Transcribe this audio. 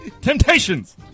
Temptations